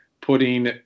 putting